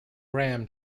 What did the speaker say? gram